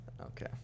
okay